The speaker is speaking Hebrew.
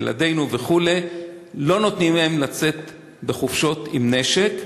ילדינו וכו' לא נותנים לצאת לחופשות עם נשק,